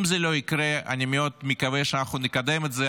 אם זה לא יקרה, אני מקווה מאוד שאנחנו נקדם את זה.